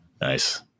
Nice